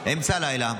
אמצע הלילה,